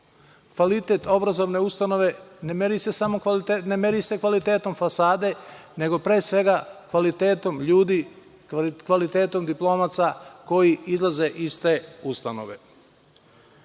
Kvalitet obrazovne ustanove ne meri se kvalitetom fasade, nego, pre svega, kvalitetom ljudi, kvalitetom diplomaca koji izlaze iz te ustanove. Ako